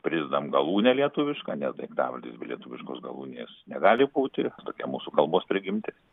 pridedam galūnę lietuvišką nes daiktavardis be lietuviškos galūnės negali būti tokia mūsų kalbos prigimtis